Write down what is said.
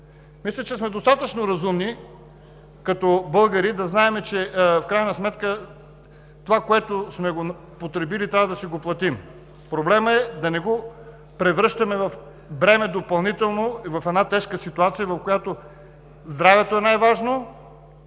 Мисля, че сме достатъчно разумни като българи да знаем, че в крайна сметка това, което сме потребили, трябва да си го платим. Проблемът е да не го превръщаме в допълнително бреме в една тежка ситуация, в която здравето е най-важно,